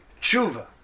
Tshuva